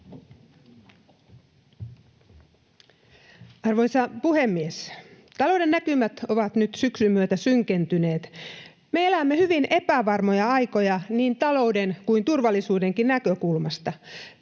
Arvoisa puhemies! Talouden näkymät ovat nyt syksyn myötä synkentyneet. Me elämme hyvin epävarmoja aikoja niin talouden kuin turvallisuudenkin näkökulmasta.